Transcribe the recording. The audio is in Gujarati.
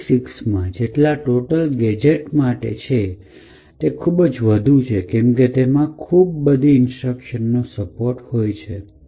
X ૮૬મા જે ટોટલ ગેજેટ માટે છે તે ખૂબ જ વધુ છે કેમ કે તેમાં ખુબ બધી ઇન્સ્ટ્રક્શન સપોર્ટ હોય છે